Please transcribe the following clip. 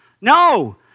no